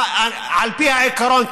על פי העיקרון,